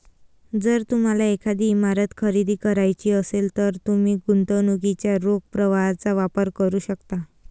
जर तुम्हाला एखादी इमारत खरेदी करायची असेल, तर तुम्ही गुंतवणुकीच्या रोख प्रवाहाचा वापर करू शकता